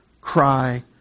cry